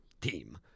team